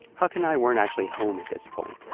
huck and i weren't actually home at this point.